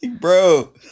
bro